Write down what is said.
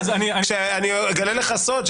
אני אגלה לך סוד,